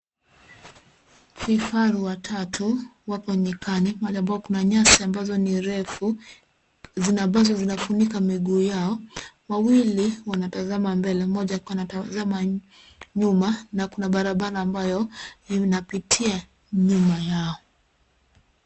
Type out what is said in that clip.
Vifaru watatu wako nyikani mahali ambapo kuna nyasi mirefu ambazo zinafunika miguu yao. Wawili wanatazama mbele mmoja akiwa anatazama nyuma na kuna barabara ambayo inapitia nyuma yao.